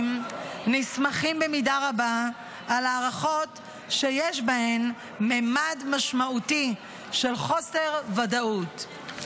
נסמכים במידה רבה על הערכות שיש בהן ממד משמעותי של חוסר ודאות.